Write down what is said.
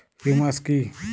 Humus কি?